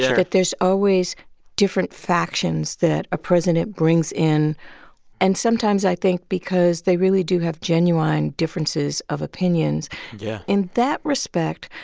that there's always different factions that a president brings in and, sometimes, i think because they really do have genuine differences of opinions yeah in that respect,